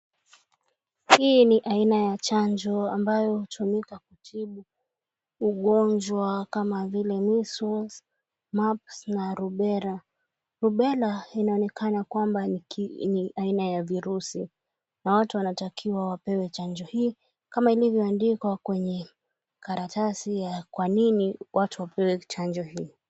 Hii ni aina ya chanjo ambayo hutumika kutibu ugonjwa kama vile measles, mumps na rubella . Rubella inaonekana kama ni aina ya virusi na watu wanatakiwa wapewe chanjo hii kama ilivyoandikwa kwenye karatasi ya kwa nini watu wapewe chanjo hii.